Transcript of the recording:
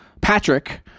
Patrick